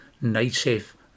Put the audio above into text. native